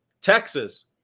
Texas